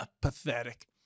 Pathetic